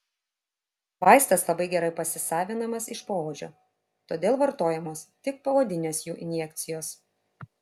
vaistas labai gerai pasisavinamas iš poodžio todėl vartojamos tik poodinės jų injekcijos